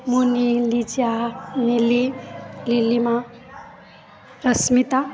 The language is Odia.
ମୁନି ଲିଜା ମିଲି ଲିଲିମା ରଶ୍ମିତା